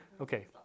Okay